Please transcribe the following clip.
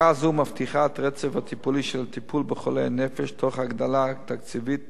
העברה זו מבטיחה את הרצף הטיפולי של הטיפול בחולי נפש תוך הגדלה תקציבית